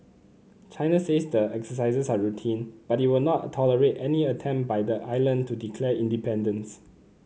China says the exercises are routine but it will not tolerate any attempt by the island to declare independence